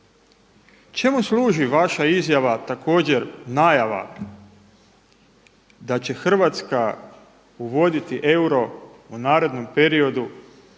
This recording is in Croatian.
Čemu služi vaša izjava također najava da će Hrvatska uvoditi euro u narednom periodu